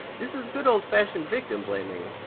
this is good old fashioned victim blaming!